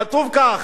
כתוב כך: